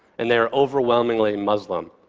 and they're overwhelmingly muslim.